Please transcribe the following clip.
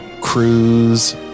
cruise